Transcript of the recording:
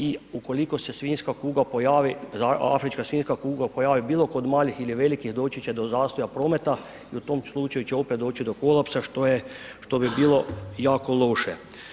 I ukoliko se svinjska kuga pojavi, afrička svinjska kuga pojavi bilo kod malih ili velikih doći će do zastoja prometa i u tom slučaju će opet doći do kolapsa što bi bilo jako loše.